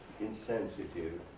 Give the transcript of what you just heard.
insensitive